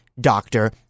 doctor